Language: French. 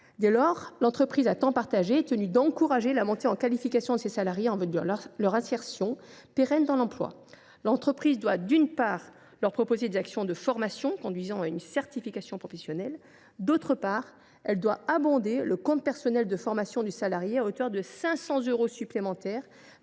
Dès lors, l’ETTP est tenue d’encourager la montée en qualification de ses salariés en vue de leur insertion pérenne dans l’emploi. L’entreprise doit, d’une part, leur proposer des actions de formation conduisant à une certification professionnelle, et, d’autre part, abonder le compte personnel de formation (CPF) du salarié à hauteur de 500 euros supplémentaires